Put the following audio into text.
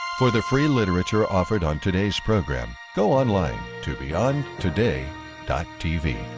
for the free and literature offered on todays program, go online to beyondtoday tv.